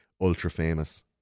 ultra-famous